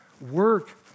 work